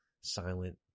silent